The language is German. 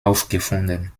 aufgefunden